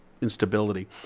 instability